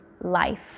life